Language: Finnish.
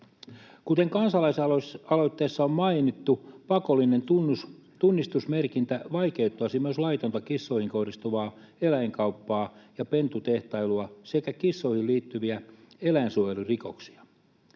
Kuten kansalaisaloitteessa on mainittu, pakollinen tunnistusmerkintä vaikeuttaisi myös laitonta kissoihin kohdistuvaa eläinkauppaa ja pentutehtailua sekä kissoihin liittyviä eläinsuojelurikoksia.